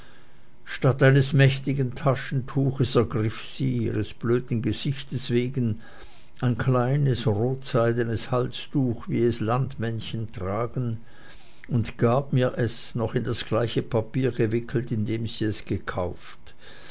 statt eines mächtigen taschentuches ergriff sie ihres blöden gesichtes wegen ein kleines rotseidenes halstuch wie es landmädchen tragen und gab mir es noch in das gleiche papier gewickelt in dem sie es gekauft